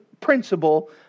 principle